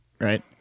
right